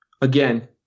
again